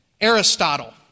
Aristotle